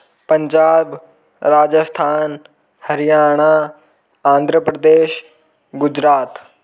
Punjab Rajasthan Haryana Andhra Pradesh Gujarat